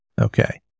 Okay